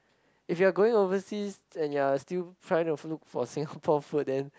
if you are going overseas and you are still trying to look for Singapore food then